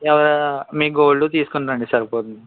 ఎవ మీ గోల్డ్ తీసుకొనిరండి సరిపోతుంది